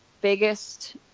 biggest